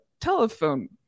telephone